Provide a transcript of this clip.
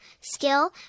skill